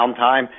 downtime